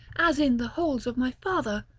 as in the halls of my father,